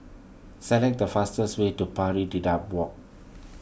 select the fastest way to Pari Dedap Walk